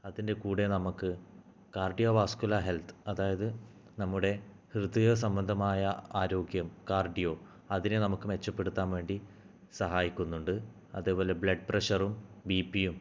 അതിൻ്റെ കൂടെ നമുക്ക് കാർഡിയോ വാസ്കുലാ ഹെൽത്ത് അതായത് നമ്മുടെ ഹൃദയ സംബന്ധമായ ആരോഗ്യം കാർഡിയോ അതിനെ നമുക്ക് മെച്ചപ്പെടുത്താൻ വേണ്ടി സഹായിക്കുന്നുണ്ട് അതുപോലെ ബ്ലഡ് പ്രഷറും ബി പിയും